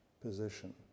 position